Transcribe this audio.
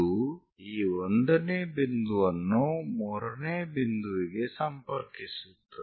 ಇದು ಈ 1 ನೇ ಬಿಂದುವನ್ನು 3 ನೇ ಬಿಂದುವಿಗೆ ಸಂಪರ್ಕಿಸುತ್ತದೆ